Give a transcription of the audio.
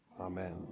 Amen